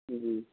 جی